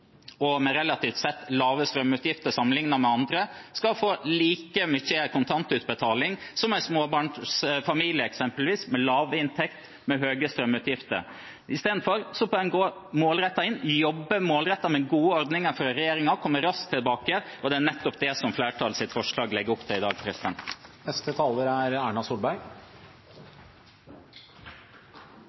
kontantutbetaling som eksempelvis en småbarnsfamilie med lav inntekt og høye strømutgifter. Istedenfor kan en gå målrettet inn, jobbe målrettet med gode ordninger fra regjeringen og komme raskt tilbake. Det er nettopp det flertallets forslag legger opp til i dag.